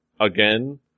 again